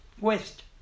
west